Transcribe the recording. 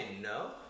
no